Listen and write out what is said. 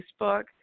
Facebook